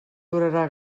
durarà